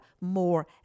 more